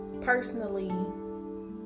personally